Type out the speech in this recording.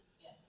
Yes